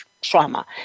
trauma